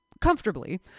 comfortably